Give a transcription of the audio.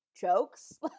jokes